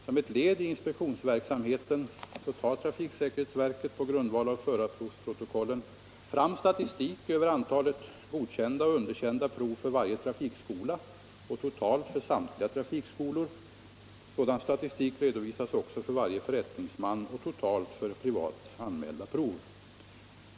Som ett led i inspektionsverksamheten tar trafiksäkerhetsverket på grundval av förarprovsprotokoll fram statistik över antalet godkända och underkända prov för varje trafikskola och totalt för samtliga trafikskolor. Sådan statistik redovisas också för varje förrättningsman och för totalt privat anmälda prov.